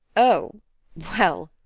oh well